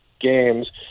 games